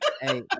Hey